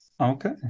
okay